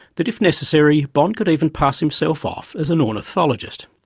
that if necessary bond could even pass himself off as an ornithologist.